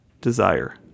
desire